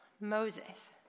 Moses